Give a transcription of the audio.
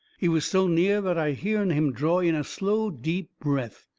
he was so near that i hearn him draw in a slow, deep breath.